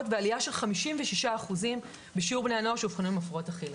ועליה של 56 אחוזים בשיעור בני הנוער שאובחנו עם הפרעות אכילה.